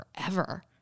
forever